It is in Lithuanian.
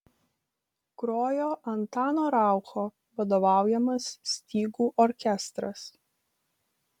grojo antano raucho vadovaujamas stygų orkestras